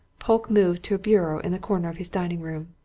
polke moved to a bureau in the corner of his dining-room.